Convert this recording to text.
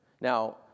Now